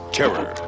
terror